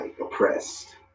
oppressed